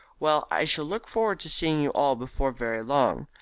well, i shall look forward to seeing you all before very long.